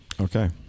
Okay